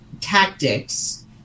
tactics